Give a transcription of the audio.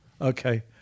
Okay